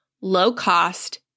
low-cost